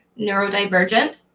neurodivergent